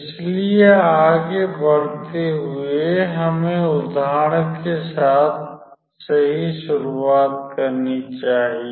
इसलिए आगे बढ़ते हुए हमें उदाहरण के साथ सही शुरुआत करनी चाहिए